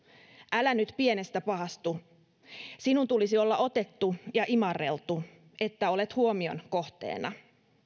älä nyt pienestä pahastu sinun tulisi olla otettu ja imarreltu että olet huomion kohteena